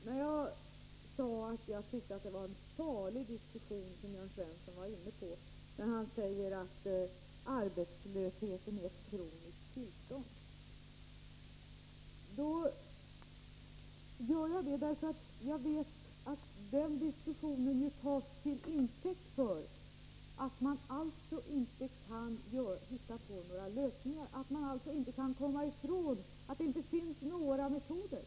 När jag sade att jag tyckte att Jörn Svensson var inne på en farlig tankegång när han hävdade att arbetslösheten är ett kroniskt tillstånd, gjorde jag det därför att jag vet att den inställningen tas till intäkt för påståendet att man inte kan hitta några lösningar, att det inte finns några metoder.